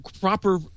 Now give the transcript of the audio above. proper